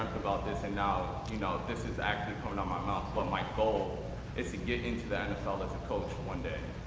about this and now, you know this is actually coming out my mouth, but my goal is to get into the nfl as a coach one day.